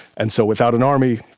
and so without an army,